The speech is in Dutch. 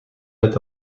met